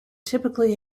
typically